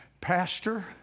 Pastor